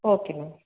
okay ma'am